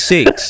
Six